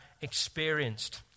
experienced